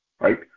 right